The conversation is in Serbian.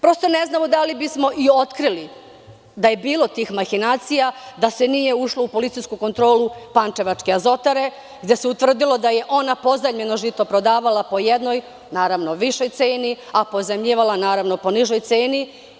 Prosto ne znamo ni da li bismo otkrili da je bilo tih mahinacija da se nije ušlo u kontrolu pančevačke azotare gde se utvrdilo da je ona pozajmljeno žito prodavala po jednoj naravno višoj ceni, a pozajmljivala po nižoj ceni.